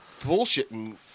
bullshitting